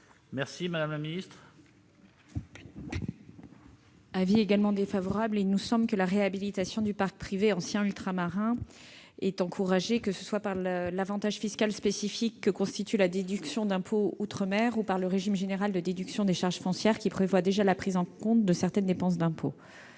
? Il est également défavorable. La réhabilitation du parc privé ancien ultramarin est encouragée, que ce soit par l'avantage fiscal spécifique que constitue la déduction d'impôt outre-mer ou par le régime général de déduction des charges foncières, qui prévoit déjà la prise en compte de certaines dépenses d'impôt.